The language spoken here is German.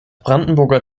brandenburger